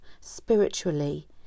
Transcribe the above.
spiritually